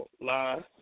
lie